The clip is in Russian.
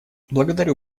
благодарю